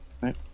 Right